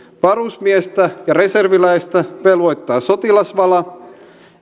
varusmiestä ja reserviläistä velvoittaa sotilasvala